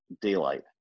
daylight